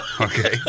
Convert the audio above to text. okay